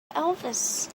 elvis